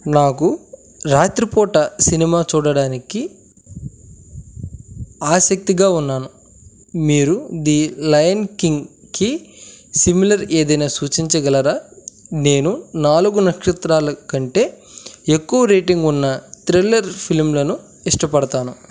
నాకు రాత్రి పూట సినిమా చూడడానికి ఆసక్తిగా ఉన్నాను మీరు ది లయన్ కింగ్కి సిమిలర్ ఏదైనా సూచించగలరా నేను నాలుగు నక్షత్రాల కంటే ఎక్కువ రేటింగ్ ఉన్న థ్రిల్లర్ ఫిల్మ్లను ఇష్టపడతాను